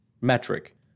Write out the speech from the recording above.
metric